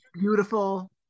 Beautiful